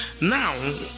now